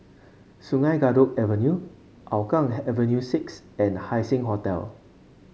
Sungei Kadut Avenue Hougang Avenue six and Haising Hotel